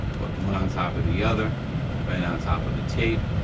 but one on top of the other right and on top of the tape,